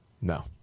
No